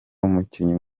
umukinnyi